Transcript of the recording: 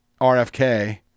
RFK